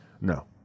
No